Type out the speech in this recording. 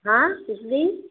हाँ